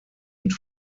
mit